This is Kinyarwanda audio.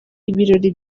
ibirori